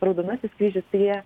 raudonasis kryžius tai jie